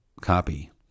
copy